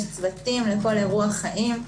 יש צוותים לכל אירוע חיים.